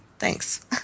Thanks